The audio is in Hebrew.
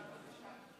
בבקשה.